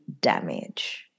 damage